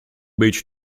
beach